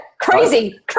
crazy